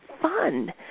fun